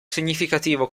significativo